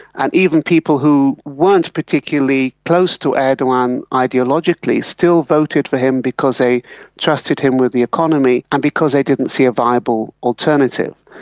and even people who weren't particularly close to erdogan ideologically still voted for him because they trusted him with the economy and because they didn't see a viable alternative.